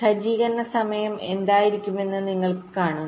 സജ്ജീകരണ സമയം എന്തായിരുന്നുവെന്ന് നിങ്ങൾ കാണുന്നു